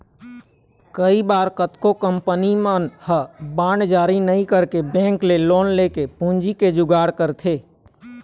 कई बार कतको कंपनी मन ह बांड जारी नइ करके बेंक ले लोन लेके पूंजी के जुगाड़ करथे